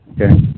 Okay